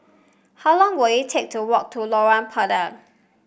how long will it take to walk to Lorong Pendek